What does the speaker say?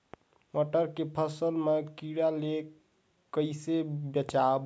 मटर के फसल मा कीड़ा ले कइसे बचाबो?